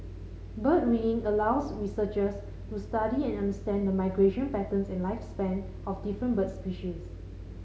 bird ringing allows researchers to study and understand the migration patterns and lifespan of different bird species